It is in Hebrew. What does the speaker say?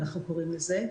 אנחנו קוראים לזה.